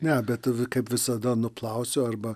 ne bet tada kaip visada nuplausiu arba